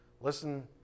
listen